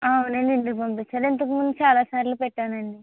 అవునండి ఇంటికి పంపించాలి ఇంతకముందు చాలసార్లు పెట్టానండి